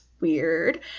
weird